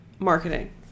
marketing